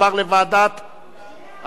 לדיון מוקדם בוועדת העבודה,